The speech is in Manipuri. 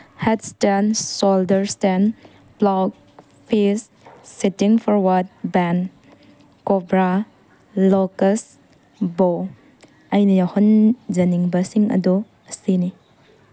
headstand shoulder stand plough fish sitting forward bend cobra locust bow ꯑꯩꯅ ꯌꯥꯎꯍꯟꯖꯅꯤꯡꯕꯁꯤꯡ ꯑꯗꯣ ꯑꯁꯤꯅꯤ